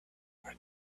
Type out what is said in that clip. were